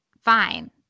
fine